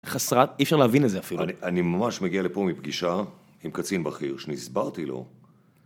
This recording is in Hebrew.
חסרת, אי אפשר להבין את זה אפילו. אני ממש מגיע לפה מפגישה עם קצין בכיר שאני הסברתי לו.